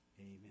Amen